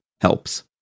helps